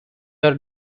are